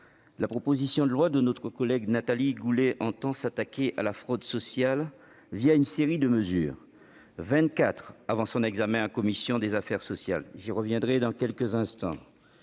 la proposition de loi de notre collègue Nathalie Goulet tend à s'attaquer à la fraude sociale une série de mesures, vingt-quatre avant son examen en commission des affaires sociales. J'y reviendrai dans quelques instants.